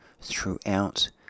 throughout